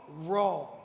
wrong